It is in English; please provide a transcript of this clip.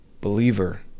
believer